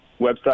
website